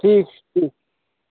ٹھیٖک چھُ ٹھیٖک